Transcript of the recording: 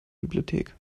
bibliothek